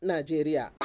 Nigeria